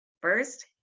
First